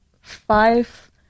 five